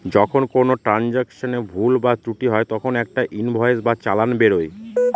যখন কোনো ট্রান্সাকশনে ভুল বা ত্রুটি হয় তখন একটা ইনভয়েস বা চালান বেরোয়